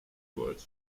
world